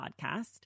podcast